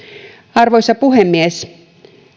arvoisa puhemies